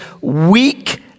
weak